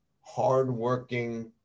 hardworking